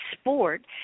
sport